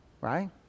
Right